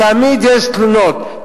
תמיד יש תלונות,